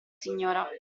signora